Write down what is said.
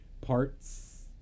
parts